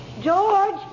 George